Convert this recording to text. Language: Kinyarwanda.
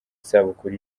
isabukuru